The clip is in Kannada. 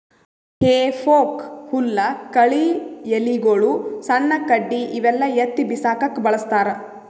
ಹೆಫೋಕ್ ಹುಲ್ಲ್ ಕಳಿ ಎಲಿಗೊಳು ಸಣ್ಣ್ ಕಡ್ಡಿ ಇವೆಲ್ಲಾ ಎತ್ತಿ ಬಿಸಾಕಕ್ಕ್ ಬಳಸ್ತಾರ್